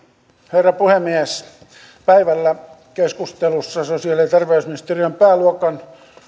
herra puhemies päivällä keskustelussa sosiaali ja terveysministeriön pääluokan